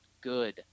good